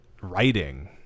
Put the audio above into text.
writing